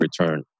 return